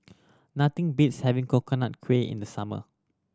nothing beats having Coconut Kuih in the summer